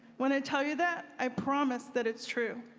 when i tell you that, i promise that it's true.